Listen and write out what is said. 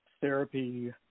therapy